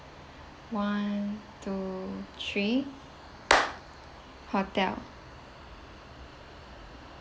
one two three hotel